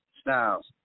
Styles